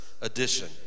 edition